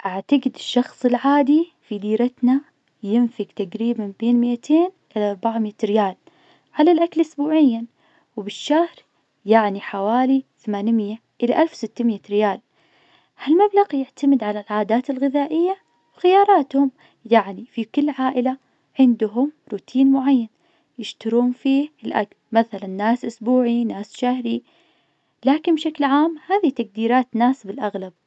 أعتقد الشخص العادي في ديرتنا يمسك تقريبا بين مئتين إلى أربعمئة ريال على الأكل أسبوعيا، وبالشهر يعني حوالي ثمانمئة إلى ألف وستمئة ريال. ها المبلغ يعتمد على العادات الغذائية وخياراتهم يعني في كل عائلة عندهم روتين معين يشترون فيه الأكل مثلا ناس أسبوعي ناس شهري، لكن بشكل عام هذي تقديرات ناس بالأغلب.